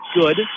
good